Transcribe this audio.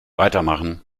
weitermachen